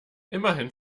immerhin